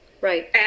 Right